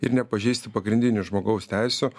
ir nepažeisti pagrindinių žmogaus teisių